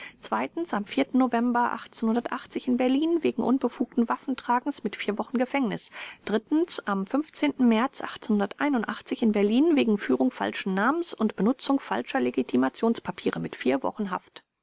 am november in berlin wegen unbefugten waffentragens mit wochen gefängnis am märz in berlin wegen führung falschen namens und benutzung falscher legitimationspapiere mit wochen haft